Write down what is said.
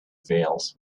veils